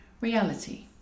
Reality